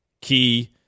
Key